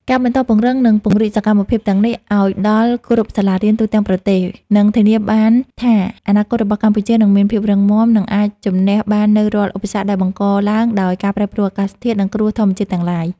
ការបន្តពង្រឹង និងពង្រីកសកម្មភាពទាំងនេះឱ្យដល់គ្រប់សាលារៀនទូទាំងប្រទេស នឹងធានាបានថាអនាគតរបស់កម្ពុជានឹងមានភាពរឹងមាំ និងអាចជម្នះបាននូវរាល់ឧបសគ្គដែលបង្កឡើងដោយការប្រែប្រួលអាកាសធាតុ និងគ្រោះធម្មជាតិទាំងឡាយ។